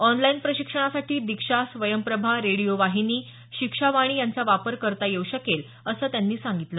online प्रशिक्षणासाठी Diksha Swayamprabha radio वाहिनी शिक्षा वाणी यांचा वापर करता येऊ शकेल असं त्यांनी सांगितलं